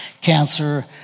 cancer